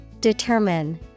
Determine